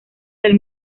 del